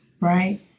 right